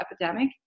epidemic